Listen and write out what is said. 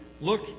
look